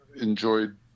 enjoyed